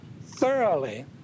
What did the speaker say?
thoroughly